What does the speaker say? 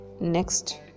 Next